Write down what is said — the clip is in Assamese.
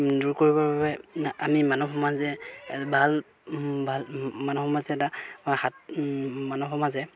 দূৰ কৰিবৰ বাবে আমি মানৱ সমাজে ভাল ভাল মানৱ সমাজে এটা হাত মানৱ সমাজে